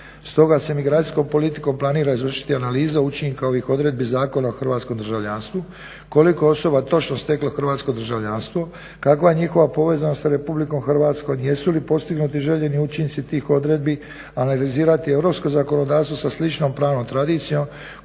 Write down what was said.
Stoga se emigracijskom politikom planira izvršiti analiza učinka ovih odredbi Zakona o hrvatskom državljanstvu koliko osoba je točno steklo hrvatsko državljanstvo, kakva je njihova povezanost sa Republikom Hrvatskom, jesu li postignuti željeni učinci tih odredbi, analizirati europsko zakonodavstvo sa sličnom pravnom tradicijom